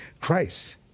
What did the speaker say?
Christ